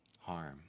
harm